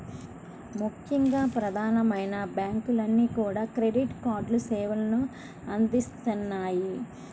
ముఖ్యంగా ప్రధానమైన బ్యాంకులన్నీ కూడా క్రెడిట్ కార్డు సేవల్ని అందిత్తన్నాయి